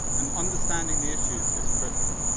and understanding the issues is critical.